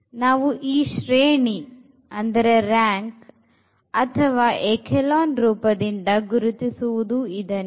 ನಾವು ಈ ಶ್ರೇಣಿ ಅಥವಾ ಎಖೇಲಾನ್ ರೂಪದಿಂದ ಗುರುತಿಸುವದು ಇದನ್ನೇ